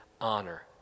honor